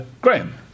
Graham